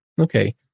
okay